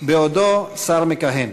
בעודו שר מכהן.